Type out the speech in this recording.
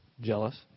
jealous